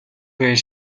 байна